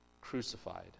crucified